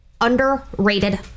underrated